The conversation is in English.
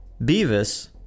Beavis